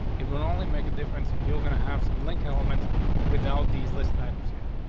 it would only make a difference if you're gonna have some link elements without these list items here,